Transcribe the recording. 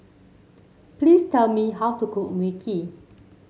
please tell me how to cook Mui Kee